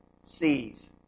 C's